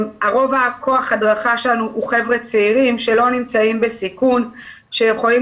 כשרוב כוח ההדרכה שלנו הם צעירים שלא נמצאים בסיכון שיכולים